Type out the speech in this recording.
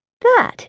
That